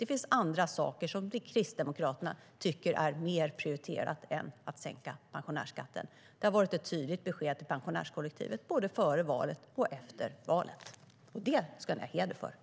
Det finns andra saker som Kristdemokraterna tycker är mer prioriterat än att sänka pensionärsskatten. Det har varit ett tydligt besked till pensionärskollektivet både före och efter valet, och det ska ni ha heder för.